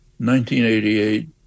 1988